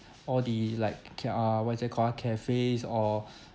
all the like ca~ err what is that called ah cafes or